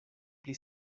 pli